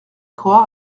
croire